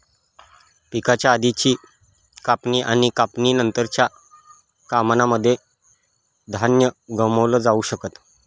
पिकाच्या आधीची कापणी आणि कापणी नंतरच्या कामांनमध्ये धान्य गमावलं जाऊ शकत